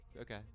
okay